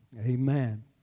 Amen